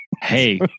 hey